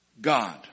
God